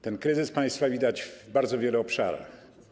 Ten kryzys państwa widać w bardzo wielu obszarach.